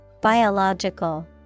Biological